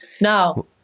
Now